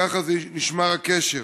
וככה נשמר הקשר.